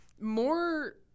more